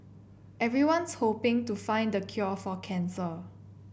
everyone's hoping to find the cure for cancer